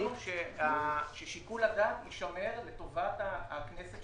ששיקול הדעת יישמר לטובת הכנסת,